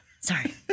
Sorry